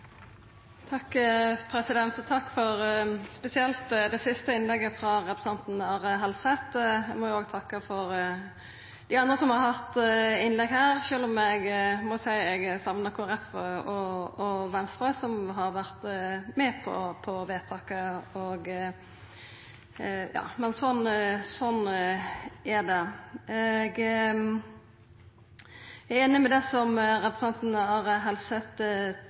Takk for spesielt det siste innlegget, frå representanten Are Helseth. Eg må òg takka dei andre som har hatt innlegg her, sjølv om eg må seia at eg sakna Kristeleg Folkeparti og Venstre, som har vore med på vedtaket. Men slik er det. Eg er einig i det som representanten Are Helseth